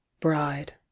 Bride